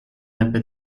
ebbe